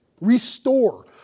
restore